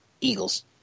Eagles